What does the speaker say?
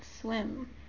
swim